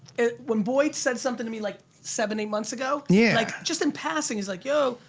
when boyd said something to me like seven, eight months ago. yeah like just in passing is like yo,